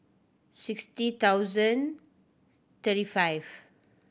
sixty thousand thirty five